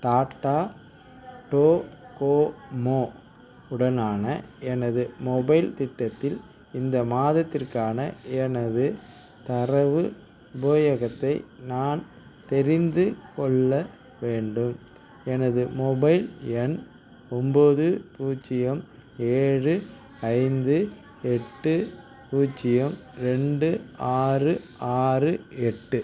Tata Docomo உடனான எனது mobile திட்டத்தில் இந்த மாதத்திற்கான எனது தரவு உபயோகத்தை நான் தெரிந்துக்கொள்ள வேண்டும் எனது மொபைல் எண் ஒன்போது பூஜ்ஜியம் ஏழு ஐந்து எட்டு பூஜ்ஜியம் ரெண்டு ஆறு ஆறு எட்டு